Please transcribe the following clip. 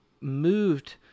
moved